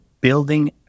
building